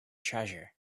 treasure